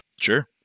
Sure